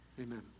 Amen